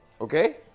Okay